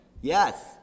Yes